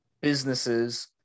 businesses